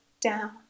down